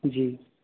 जी